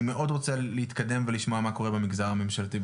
אני מאוד רוצה להתקדם ולשמוע מה קורה במגזר הממשלתי.